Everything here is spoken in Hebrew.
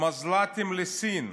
מזל"טים לסין,